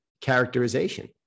characterization